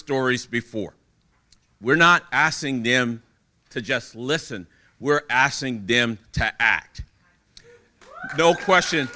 stories before we're not asking them to just listen we're asking them to act no question